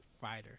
fighter